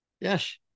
Yes